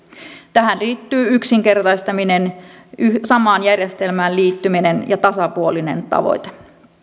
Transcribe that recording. tähän liittyy yksinkertaistaminen samaan järjestelmään liittyminen ja tasapuolinen tavoite